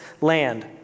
land